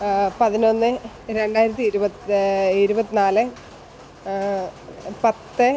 പതിനൊന്ന് രണ്ടായിരത്തി ഇരുപത് ഇരുപത്തി നാല് പത്ത്